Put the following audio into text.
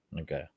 okay